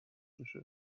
بشه